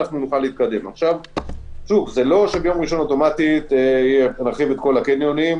אומר שביום ראשון נפתח אוטומטית את כל הקניונים,